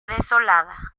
desolada